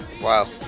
Wow